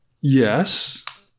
Yes